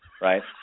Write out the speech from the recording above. right